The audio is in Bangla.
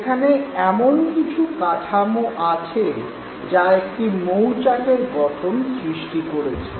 এখানে এমন কিছু কাঠামো আছে যা একটা মৌচাকের গঠন সৃষ্টি করেছে